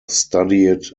studied